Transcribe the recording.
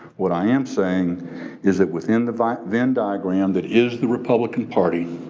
what i am saying is that within the venn venn diagram that is the republican party,